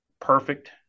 perfect